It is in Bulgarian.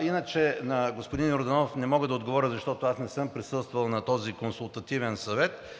Иначе на господин Йорданов не мога да отговоря, защото аз не съм присъствал на този консултативен съвет.